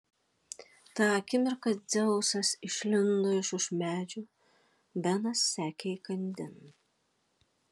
tą akimirką dzeusas išlindo iš už medžių benas sekė įkandin